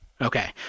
Okay